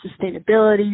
sustainability